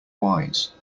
wise